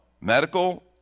Medical